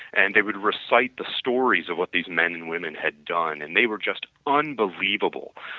and they would recite the stories of what these men and women had done and they were just unbelievable.